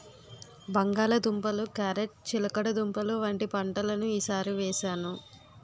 బంగాళ దుంపలు, క్యారేట్ చిలకడదుంపలు వంటి పంటలను ఈ సారి వేసాను